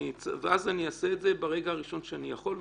ואז אני אעשה את זה ברגע הראשון שאני יכול,